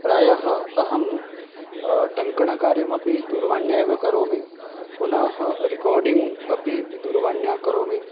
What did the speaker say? प्रायः अहं टङ्कणकार्यमपि दूरवाण्या एव करोमि पुनः रेकार्डिङ्ग् अपि दूरवाण्या करोमि